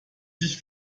sich